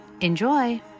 Enjoy